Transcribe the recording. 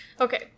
okay